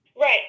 right